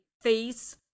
face